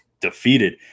defeated